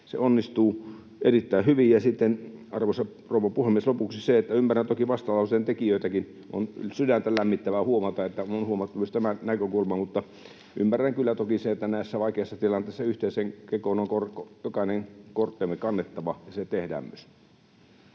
se onnistuu erittäin hyvin. Arvoisa rouva puhemies! Lopuksi se, että ymmärrän toki vastalauseen tekijöitäkin. On sydäntä lämmittävää huomata, että on huomattu myös tämä näkökulma, mutta ymmärrän kyllä toki sen, että näissä vaikeissa tilanteissa yhteiseen kekoon on jokaisen kortensa kannettava ja se tehdään myös.